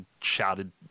shouted